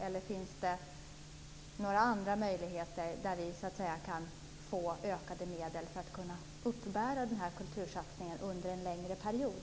Eller finns det några andra möjligheter att få ökade medel för att kunna uppbära den här kultursatsningen under en längre period?